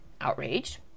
outraged